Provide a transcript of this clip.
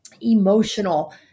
emotional